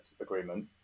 agreement